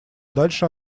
дальше